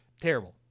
terrible